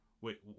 Wait